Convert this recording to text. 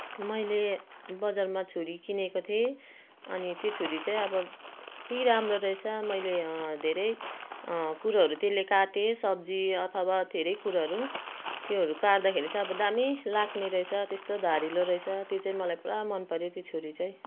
मैले बजारमा छुरी किनेको थिएँ अनि त्यो छुरी चाहिँ अब यत्ति राम्रो रहेछ मैले धेरै कुरोहरू त्यसले काटेँ सब्जी अथवा धेरै कुरोहरू त्योहरू काट्दाखेरि चाहिँ अब दामी लाग्ने रहेछ त्यस्तो धारिलो रहेछ त्यो चाहिँ मलाई पुरा मन पर्यो त्यो छुरी चाहिँ